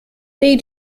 they